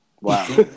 Wow